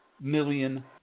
million